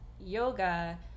yoga